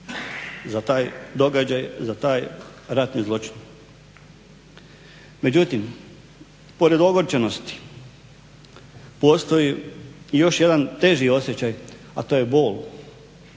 za taj događaj za taj ratni zločin. Međutim, pored ogorčenosti postoji i još jedan teži osjećaj, a to je bol.